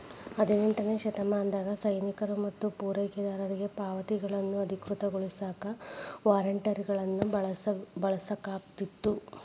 ಹದಿನೆಂಟನೇ ಶತಮಾನದಾಗ ಸೈನಿಕರು ಮತ್ತ ಪೂರೈಕೆದಾರರಿಗಿ ಪಾವತಿಗಳನ್ನ ಅಧಿಕೃತಗೊಳಸಾಕ ವಾರ್ರೆಂಟ್ಗಳನ್ನ ಬಳಸಾಕತ್ರು